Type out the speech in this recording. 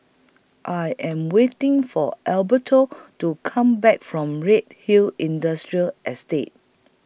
I Am waiting For Alberto to Come Back from Redhill Industrial Estate